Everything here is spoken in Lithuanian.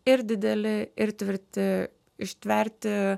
ir dideli ir tvirti ištverti